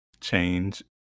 change